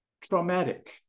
Traumatic